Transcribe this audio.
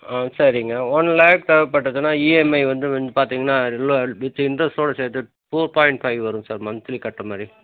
ஆ சரிங்க ஒன் லேக் தேவைப்பட்டதுனா இஎம்ஐ வந்து இன் பார்த்தீங்கன்னா இல்லை வித் இன்ரெஸ்ட்டோட சேர்த்து ஃபோர் பாய்ண்ட் ஃபைவ் வரும் சார் மந்த்லி கட்டுற மாதிரி